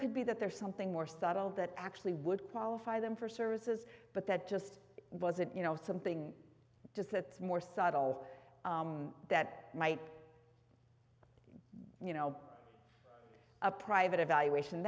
could be that there's something more subtle that actually would qualify them for services but that just wasn't you know something just the more subtle that might you know a private evaluation